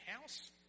house